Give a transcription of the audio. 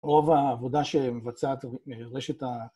רוב העבודה שמבצעת מרשת ה...